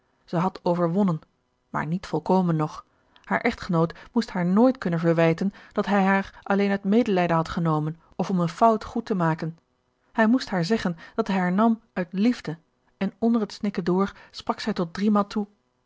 zij had overwonnen maar niet volkomen nog haar echtgenoot moest haar nooit kunnen verwijten dat hij haar alleen uit medelijden had genomen of om eene fout goed te maken hij moest haar zeggen dat hij haar nam uit liefde en onder het snikken door sprak zij tot driemaal toe